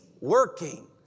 working